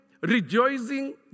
rejoicing